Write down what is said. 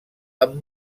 amb